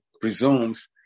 presumes